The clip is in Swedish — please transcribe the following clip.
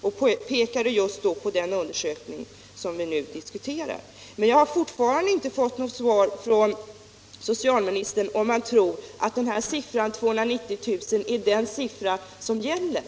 Jag pekade då just på den undersökning som vi nu diskuterar. Men jag har fortfarande inte fått något svar från socialministern om han tror att 290 000 är den siffra som gäller.